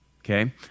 Okay